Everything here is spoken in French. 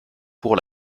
pour